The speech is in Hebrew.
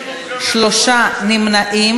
לוועדת הכלכלה נתקבלה.